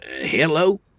Hello